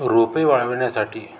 रोपे वाळविण्यासाठी